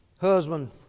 husband